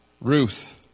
Ruth